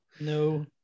no